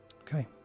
Okay